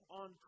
on